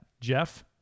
Jeff